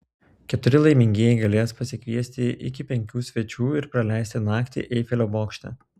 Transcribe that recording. keturi laimingieji galės pasikviesti iki penkių svečių ir praleisti naktį eifelio bokšte